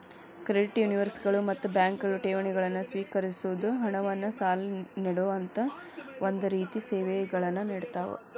credit ಯೂನಿಯನ್ಗಳು ಮತ್ತ ಬ್ಯಾಂಕ್ಗಳು ಠೇವಣಿಗಳನ್ನ ಸ್ವೇಕರಿಸೊದ್, ಹಣವನ್ನ್ ಸಾಲ ನೇಡೊಅಂತಾ ಒಂದ ರೇತಿ ಸೇವೆಗಳನ್ನ ನೇಡತಾವ